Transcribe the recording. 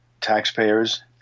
taxpayers